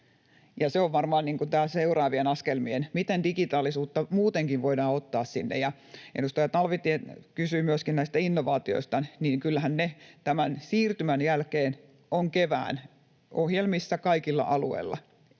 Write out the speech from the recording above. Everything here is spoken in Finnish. se on varmaan seuraavia askelmia, miten digitaalisuutta muutenkin voidaan ottaa sinne. Edustaja Talvitie kysyi myöskin näistä innovaatioista. Kyllähän ne tämän siirtymän jälkeen ovat kevään ohjelmissa kaikilla alueilla.